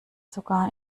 sogar